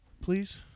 Please